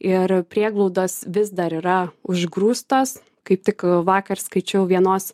ir prieglaudos vis dar yra užgrūstos kaip tik vakar skaičiau vienos